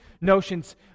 notions